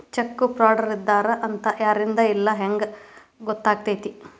Check ಫ್ರಾಡರಿದ್ದಾರ ಅಂತ ಯಾರಿಂದಾ ಇಲ್ಲಾ ಹೆಂಗ್ ಗೊತ್ತಕ್ಕೇತಿ?